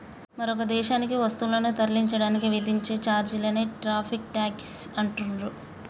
మరొక దేశానికి వస్తువులను తరలించడానికి విధించే ఛార్జీలనే టారిఫ్ ట్యేక్స్ అంటుండ్రు